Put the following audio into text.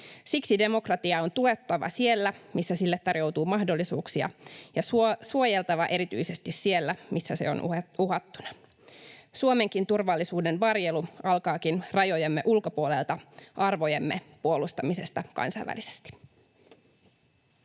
Siksi demokratiaa on tuettava siellä, missä sille tarjoutuu mahdollisuuksia, ja suojeltava erityisesti siellä, missä se on uhattuna. Suomenkin turvallisuuden varjelu alkaakin rajojemme ulkopuolelta, arvojemme puolustamisesta kansainvälisesti.